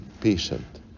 patient